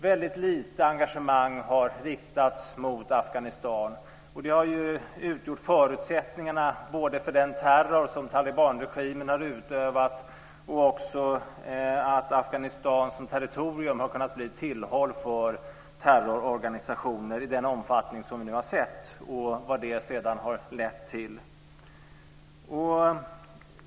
Väldigt lite engagemang har riktats mot Afghanistan, och det har ju utgjort förutsättningarna för både den terror som talibanregimen har utövat och att Afghanistan som territorium har kunnat bli tillhåll för terrororganisationer i den omfattning som vi nu har sett, och vad det sedan har lett till.